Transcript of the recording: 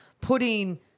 putting